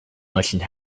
merchant